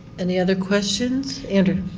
any other questions? andrew?